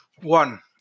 One